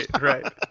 right